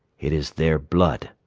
it is their blood,